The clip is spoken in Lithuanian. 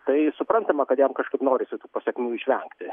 tai suprantama kad jam kažkaip norisi tų pasekmių išvengti